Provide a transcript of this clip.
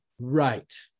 Right